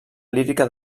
lírica